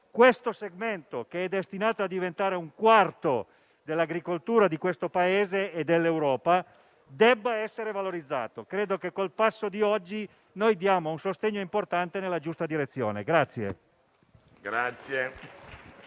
questo segmento, destinato a diventare un quarto dell'agricoltura del nostro Paese e dell'Europa, debba essere valorizzato. Ritengo che con il passo di oggi diamo un sostegno importante nella giusta direzione.